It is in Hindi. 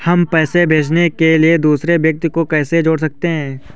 हम पैसे भेजने के लिए दूसरे व्यक्ति को कैसे जोड़ सकते हैं?